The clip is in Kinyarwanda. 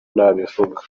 nabivuga